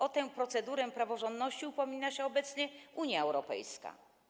O tę procedurę praworządności upomina się obecnie Unia Europejska.